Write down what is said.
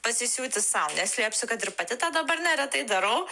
pasisiūti sau neslėpsiu kad ir pati tą dabar neretai darau